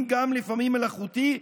אם גם לפעמים מלאכותי,